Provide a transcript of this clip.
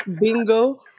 Bingo